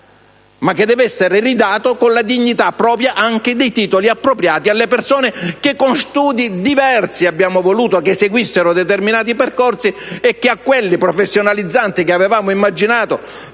ma che deve essere ridato con la dignità propria anche dei titoli appropriati alle persone che, con studi diversi, abbiamo voluto che seguissero determinati percorsi e che da quelli professionalizzanti, che avevamo immaginato